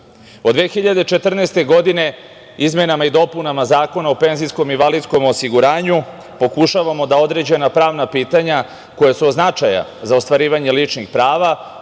2014. godine izmenama i dopunama Zakona o penzijskom i invalidskom osiguranju pokušavamo da određena pravna pitanja koja su od značaja za ostvarivanje ličnih prava,